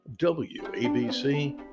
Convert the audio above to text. WABC